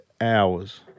hours